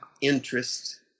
interest